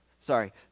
sorry